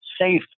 safe